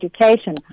Education